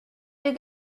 did